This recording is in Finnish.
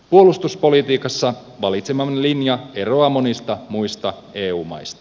puolustuspolitiikassa valitsemamme linja eroaa monista muista eu maista